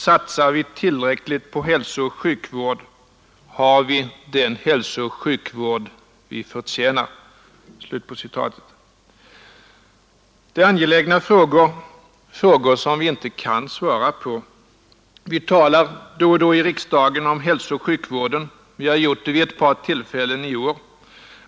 Satsar vi tillräckligt på hälsooch sjukvård? Har vi den hälsooch sjukvård vi förtjänar? ” Det är angelägna frågor, frågor som vi inte kan svara på. Vi talar då och då i riksdagen om hälsooch sjukvården. Vi har gjort det vid ett par tillfällen i år.